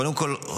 קודם כול,